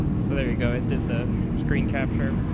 so there you go. it did the screen capture.